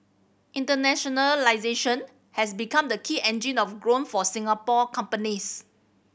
internationalisation has become the key engine of growth for Singapore companies